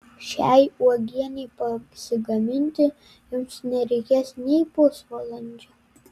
šiai uogienei pasigaminti jums nereikės nei pusvalandžio